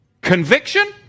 conviction